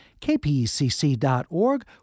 kpecc.org